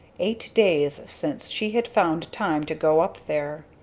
eight days since she had found time to go up there.